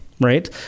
Right